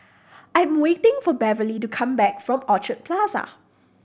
I am waiting for Beverley to come back from Orchard Plaza